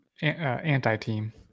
anti-team